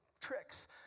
tricks